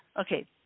okay